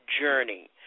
journey